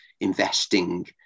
investing